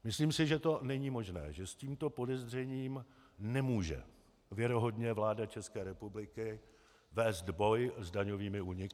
Myslím si, že to není možné, že s tímto podezřením nemůže věrohodně vláda České republiky vést boj s daňovými úniky.